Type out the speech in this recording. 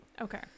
Okay